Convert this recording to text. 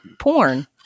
porn